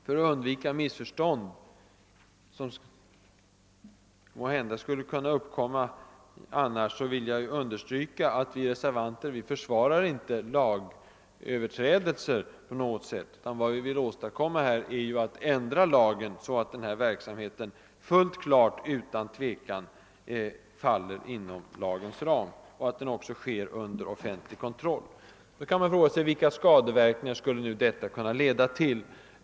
| För att undvika missförstånd vill jag understryka att vi reservanter inte på något sätt försvarar lagöverträdelser, Vad vi vill åstadkomma är ju att lagen ändras så att denna verksamhet fullt klart och utan tvekan faller inom Jlagens ram, och att den också sker under offentlig kontroll. Man kan fråga sig vilka skadeverkningar detta skulle kunna leda till.